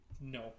No